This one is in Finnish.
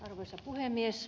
arvoisa puhemies